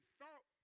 thought